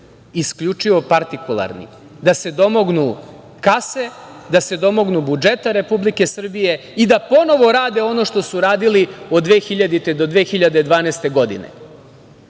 isključivo partikularni, da se domognu kase, da se domognu budžeta Republike Srbije i da ponovo rade ono što su radili od 2000. do 2012. godine,